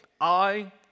I